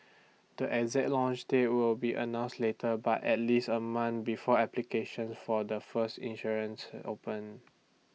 the exact launch date will be announce later by at least A month before applications for the first issuance open